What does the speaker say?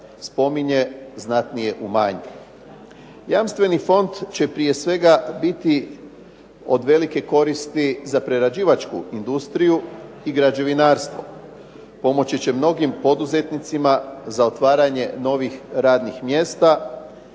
spominje znatnije umanji. Jamstveni fond će prije svega biti od velike koristi za prerađivačku industriju i građevinarstvo. Pomoći će mnogim poduzetnicima za otvaranje novih radnih mjesta,